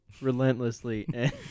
relentlessly